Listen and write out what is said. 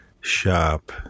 shop